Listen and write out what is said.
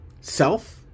self